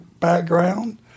background